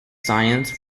science